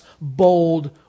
bold